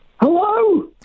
Hello